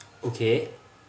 okay